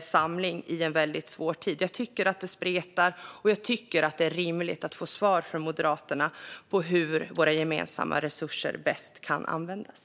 samling i en väldigt svår tid. Det spretar. Det är rimligt att få svar från Moderaterna om hur våra gemensamma resurser bäst kan användas.